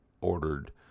ordered